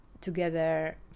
together